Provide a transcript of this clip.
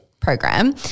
program